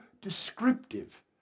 descriptive